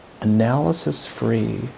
analysis-free